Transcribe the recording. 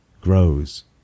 grows